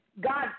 God